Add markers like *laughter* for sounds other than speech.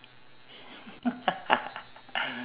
*laughs*